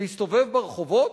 להסתובב ברחובות,